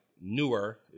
Newer